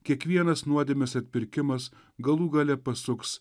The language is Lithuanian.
kiekvienas nuodėmės atpirkimas galų gale pasuks